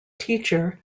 teacher